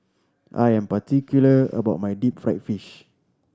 I am particular about my deep fried fish